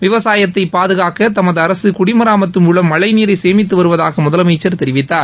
விவசாயத்தை பாதுகாக்க தமது அரசு குடிமராமத்து மூலம் மழழநீளர சேமித்து வருவதாக முதலமைச்சர் தெரிவித்தார்